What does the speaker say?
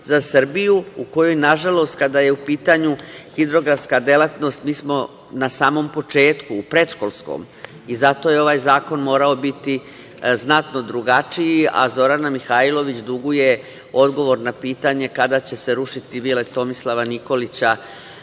za Srbiju u kojoj, nažalost, kada je u pitanju hidrografska delatnost, mi smo na samom početku, u predškolskom. Zato je ovaj zakon morao biti znatno drugačiji. A, Zorana Mihajlović duguje odgovor na pitanje kada će se rušiti vile Tomislava Nikolića.